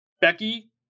Becky